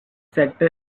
sector